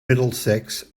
middlesex